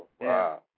Wow